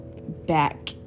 back